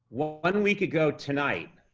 well, one week ago tonight,